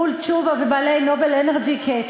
מול תשובה ובעלי "נובל אנרג'י",